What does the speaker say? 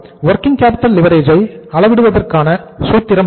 working capital leverage ஐ அளவிடுவதற்கான சூத்திரம் என்ன